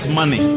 money